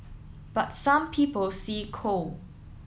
but some people see coal